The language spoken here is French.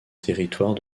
territoire